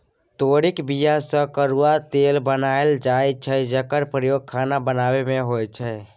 तोरीक बीया सँ करुआ तेल बनाएल जाइ छै जकर प्रयोग खाना बनाबै मे होइ छै